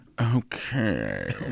Okay